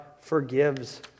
forgives